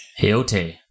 Heote